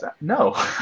No